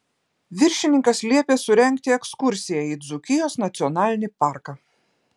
viršininkas liepė surengti ekskursiją į dzūkijos nacionalinį parką